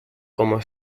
como